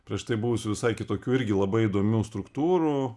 prieš tai buvusių visai kitokių irgi labai įdomių struktūrų